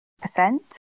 percent